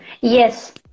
Yes